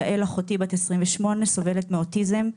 יעל אחותי בת 28, סובלת מאוטיזם.